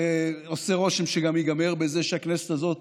ועושה רושם וגם ייגמר בזה שהכנסת הזאת,